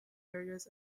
areas